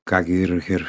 ką gi ir ir